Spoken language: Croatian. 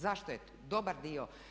Zašto je dobar dio?